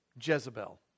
Jezebel